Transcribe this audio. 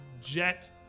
jet